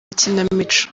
makinamico